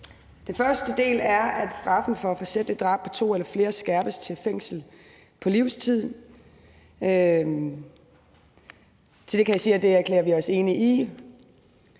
Den første del er, at straffen for forsætligt drab på to eller flere skærpes til fængsel på livstid. Til det kan jeg sige, at det erklærer vi os enige i.